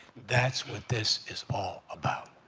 that's what this is all about.